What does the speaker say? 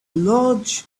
large